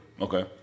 Okay